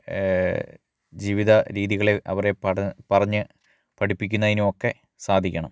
ജീവിത രീതികളെ അവരെ പട പറഞ്ഞ് പഠിപ്പിക്കുന്നതിനും ഒക്കെ സാധിക്കണം